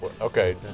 Okay